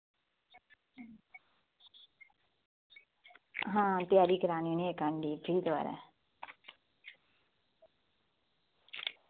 हां तयारी करानी इ'नें कल ए फ्ही दोबारा